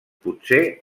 potser